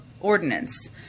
ordinance